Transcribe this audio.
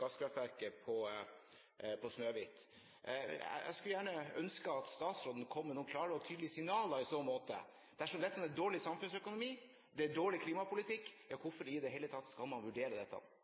gasskraftverket på Snøhvit. Jeg skulle gjerne ønske at statsråden kom med noen klare og tydelige signaler i så måte. Dersom dette er dårlig samfunnsøkonomi, og det er dårlig klimapolitikk, hvorfor skal man i det hele tatt